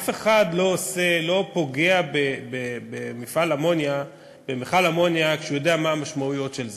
אף אחד לא פוגע במכל אמוניה כשהוא יודע מה המשמעויות של זה.